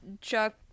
Chuck